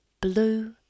blue